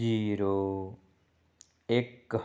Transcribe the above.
zero ਇੱਕ